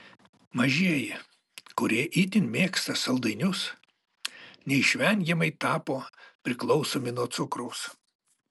mažieji kurie itin mėgsta saldainius neišvengiamai tapo priklausomi nuo cukraus